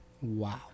Wow